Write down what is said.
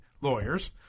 lawyers